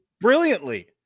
brilliantly